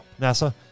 NASA